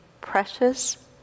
precious